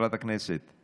להתייחסות עניינית?